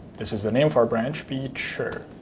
this is the name for our branch, feature.